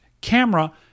camera